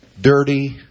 dirty